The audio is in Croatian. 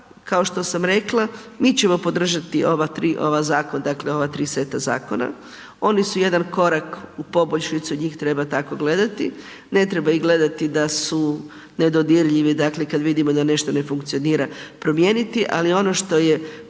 kao što sam rekla, mi ćemo podržati ova tri zakona, dakle ova tri seta zakona, oni su jedan korak u poboljšicu, njih treba tako gledati, ne treba ih gledati, ne treba ih gledati da su nedodirljivi, dakle kad vidimo da nešto ne funkcionira, promijeniti ali ono što je